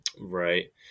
Right